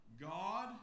God